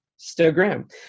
stogram